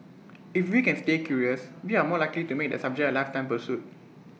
if we can stay curious we are more likely to make that subject A lifetime pursuit